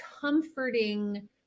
comforting